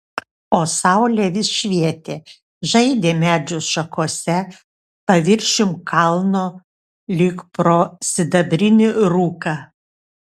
o saulė vis švietė žaidė medžių šakose paviršium kalno lyg pro sidabrinį rūką